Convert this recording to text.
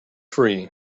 free